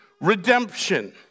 redemption